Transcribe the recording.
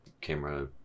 camera